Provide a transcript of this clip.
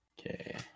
Okay